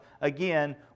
again